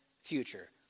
future